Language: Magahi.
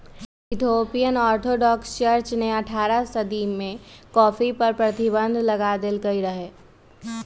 इथोपियन ऑर्थोडॉक्स चर्च ने अठारह सदी में कॉफ़ी पर प्रतिबन्ध लगा देलकइ रहै